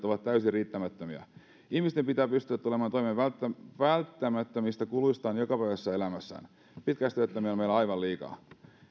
ovat täysin riittämättömiä ihmisten pitää pystyä tulemaan toimeen selviytymään välttämättömistä kuluistaan jokapäiväisessä elämässään pitkäaikaistyöttömiä meillä on aivan liikaa